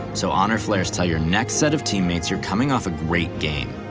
so honor flairs tell your next set of teammates you're coming off a great game.